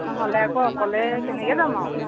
নহ'লে আকৌ অকলে কেনেকৈ যাম আৰু